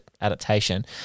adaptation